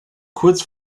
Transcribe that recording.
kurz